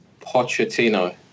Pochettino